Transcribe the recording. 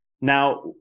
Now